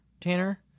tanner